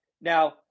Now